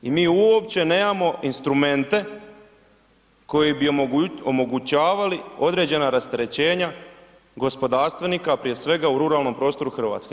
I mi uopće nemamo instrumente koji bi omogućavali određena rasterećenja gospodarstvenika, prije svega u ruralnom prostoru Hrvatske.